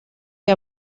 que